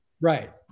Right